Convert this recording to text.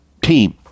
Team